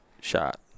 shot